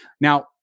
Now